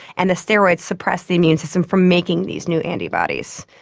and the steroids suppress the immune system from making these new antibodies.